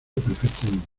perfectamente